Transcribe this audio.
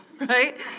right